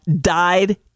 died